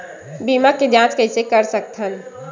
बीमा के जांच कइसे कर सकत हन?